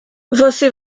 você